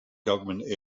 government